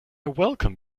welcome